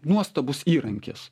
nuostabus įrankis